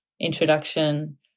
introduction